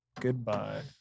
Goodbye